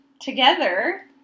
Together